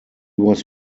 was